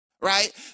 right